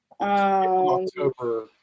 October